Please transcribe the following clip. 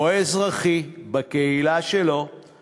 או אזרחי, בקהילה שלו, והוא בהחלט יקבל אותה.